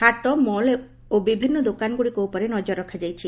ହାଟ ମଲ୍ ଓ ବିଭିନ୍ନ ଦୋକାନଗୁଡ଼ିକ ଉପରେ ନଜର ରଖାଯାଇଛି